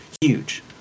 Huge